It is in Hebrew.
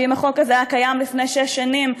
שאם החוק הזה היה קיים לפני שש שנים,